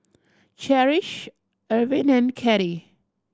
Cherish Irvin and Cathy